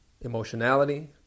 emotionality